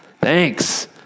Thanks